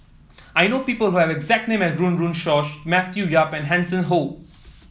I know people who have a exact name as Run Run Shaw Matthew Yap and Hanson Ho